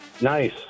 Nice